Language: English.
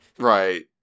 Right